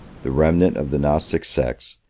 the remnant of the gnostic sects,